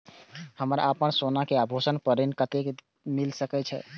हमरा अपन सोना के आभूषण पर ऋण कते मिल सके छे?